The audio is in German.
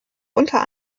unter